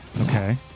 Okay